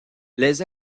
les